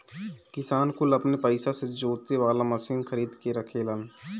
किसान कुल अपने पइसा से जोते वाला मशीन खरीद के रखेलन